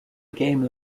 game